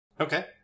Okay